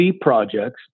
projects